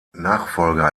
nachfolger